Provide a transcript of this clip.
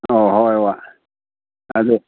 ꯑꯣ ꯍꯣꯏ ꯍꯣꯏ ꯑꯗꯨ